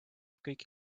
kõiki